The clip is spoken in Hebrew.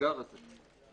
באתגר הזה,